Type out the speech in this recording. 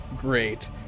great